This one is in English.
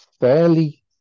fairly